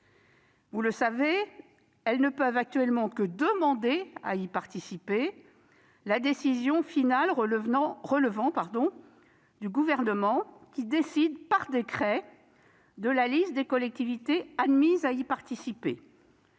Vous le savez, elles ne peuvent actuellement qu'en faire la demande, la décision finale relevant du Gouvernement, qui fixe par décret la liste des collectivités admises à participer.